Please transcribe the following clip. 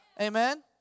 Amen